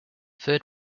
third